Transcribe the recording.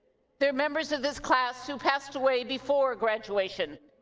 there are members of this class who passed away before graduation.